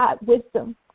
wisdom